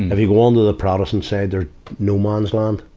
and you go on to the protestant side, there no man's land.